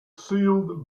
sealed